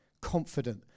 confident